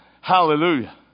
Hallelujah